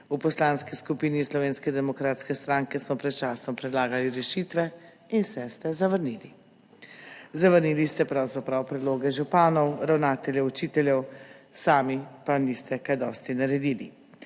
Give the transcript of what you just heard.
V Poslanski skupini Slovenske demokratske stranke smo pred časom predlagali rešitve in vse ste zavrnili. Zavrnili ste pravzaprav predloge županov, ravnateljev, učiteljev, sami pa niste kaj dosti naredili.